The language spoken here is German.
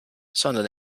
sondern